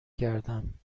گردم